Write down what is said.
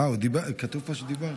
כתוב פה שדיברת.